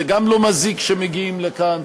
זה גם לא מזיק כשמגיעים לכאן,